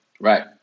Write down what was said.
Right